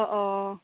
অঁ অঁ